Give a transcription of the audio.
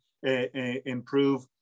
improve